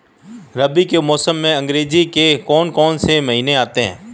रबी के मौसम में अंग्रेज़ी के कौन कौनसे महीने आते हैं?